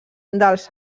dels